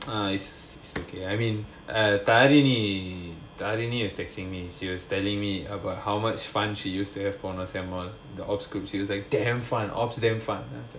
ah I see okay I mean um tharani is texting me she was telling me about how much fun she used to have on her semester one the operations group he was like damn fun operations damn fun then I was like